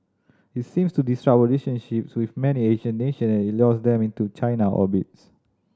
it seeks to disrupt our relationships with many Asian nation as it lures them into China orbits